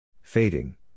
Fading